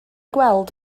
gweld